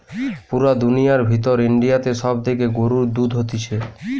পুরা দুনিয়ার ভিতর ইন্ডিয়াতে সব থেকে গরুর দুধ হতিছে